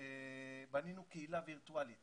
בנינו קהילה וירטואלית